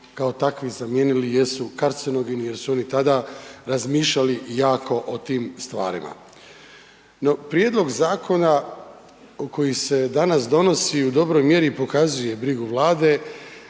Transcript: kao takvi zamijenili jer su kancerogeni jer su oni tada razmišljali jako o tim stvarima. No, prijedlog zakona koji se danas donosi u dobroj mjeri pokazuje brigu Vlade